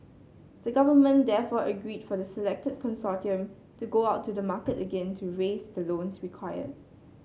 the government therefore agreed for the selected consortium to go out to the market again to raise the loans required